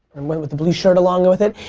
went with the blue shirt along with it.